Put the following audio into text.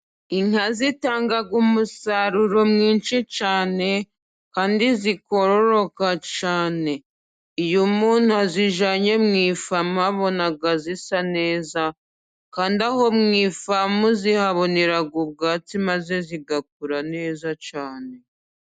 Inka zitanga umusaruro mwinshi cyane, kandi zikororoka cyane. Iyo umntu azijanye mu ifamu abona zisa neza, kandi aho mu ifamu zihabonera ubwatsi maze zigakura neza cyane.